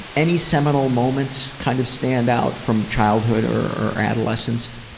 any seminal moments kind of stand out from childhood or or adolescence?